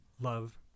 love